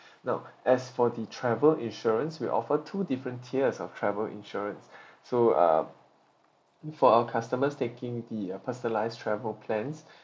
now as for the travel insurance we offer two different tiers of travel insurance so uh for our customers taking the uh personalised travel plans